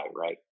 right